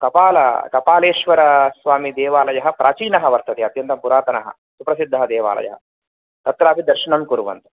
कपाल कपालेश्वरस्वामिदेवालयः प्राचीनः वर्तते अत्यन्तं पुरातनः सुप्रसिद्धः देवालयः तत्रापि दर्शनं कुर्वन्तु